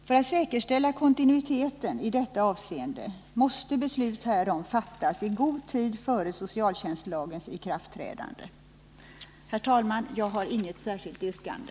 För att säkerställa kontinuiteten i detta avseende måste beslut härom fattas i god tid före socialtjänstlagens ikraftträdande. Herr talman! Jag har inget särskilt yrkande.